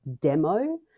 demo